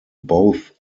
both